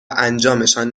انجامشان